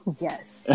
Yes